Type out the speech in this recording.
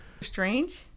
Strange